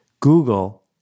Google